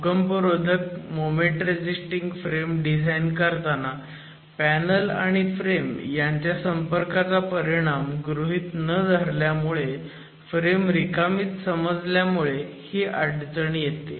भूकंपरोधक moment resisting frame design करताना panel आणि फ्रेम यांच्या संपर्काचा परिणाम गृहीत न धरल्या मुळे आणि फ्रेम रिकामीच समजल्यामुळे ही अडचण येते